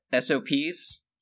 SOPs